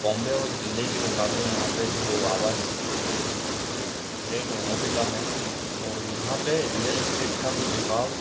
बॉम्बे और दिल्ली के मुक़ाबले यहाँ पर जो आवास के रेट हैं वो भी कम हैं और यहाँ पर रियल इस्टेट का भी झुकाव